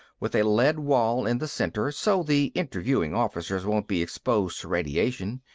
with a lead wall in the center, so the interviewing officers won't be exposed to radiation.